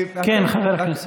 כן, חבר הכנסת.